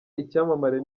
icyamamare